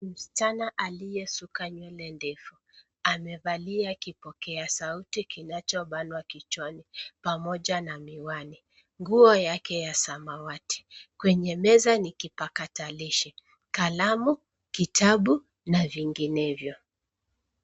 Msichana aliyesuka nywele ndefu. Amevalia kipokea sauti kinachobanwa kichwani pamoja na miwani. Nguo yake ya samawati. Kwenye meza ni kipakatalishi, kalamu ,kitabu na vinginevyo.